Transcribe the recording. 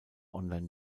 online